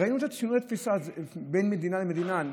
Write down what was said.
ראינו את הבדלי התפיסה בין מדינה למדינה.